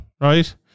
right